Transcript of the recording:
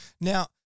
Now